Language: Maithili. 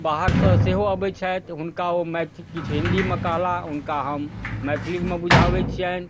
बाहरसँ सेहो आबै छथि तऽ हुनका ओ मैथिली किछु हिन्दीमे कहलाह हुनका हम मैथिलीमे बुझाबै छिअनि